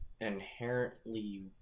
inherently